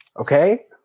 Okay